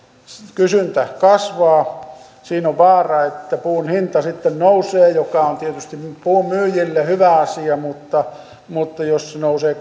kysyntä kasvaa siinä on vaara että puun hinta sitten nousee mikä on tietysti puun myyjille hyvä asia mutta mutta jos se nousee